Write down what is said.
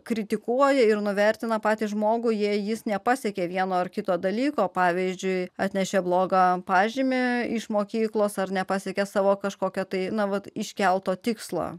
kritikuoja ir nuvertina patį žmogų jei jis nepasekė vieno ar kito dalyko pavyzdžiui atnešė blogą pažymį iš mokyklos ar nepasiekė savo kažkokio tai nuolat iškelto tikslo